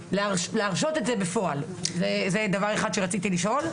ולהרשות את זה בפועל, זה דבר אחד שרציתי לשאול.